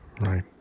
Right